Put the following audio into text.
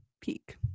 peak